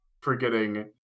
forgetting